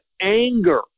anger